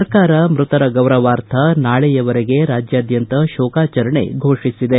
ಸರ್ಕಾರ ಮೃತರ ಗೌರವಾರ್ಥ ನಾಳೆಯವರೆಗೆ ರಾಜ್ಯಾದ್ಯಂತ ಶೋಕಾಚರಣೆ ಫೋಷಿಸಿದೆ